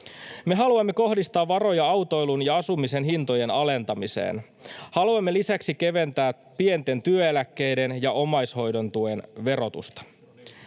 Me haluamme kohdistaa varoja autoilun ja asumisen hintojen alentamiseen. Haluamme lisäksi keventää pienten työeläkkeiden ja omaishoidon tuen verotusta.